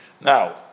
Now